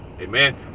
amen